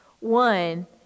One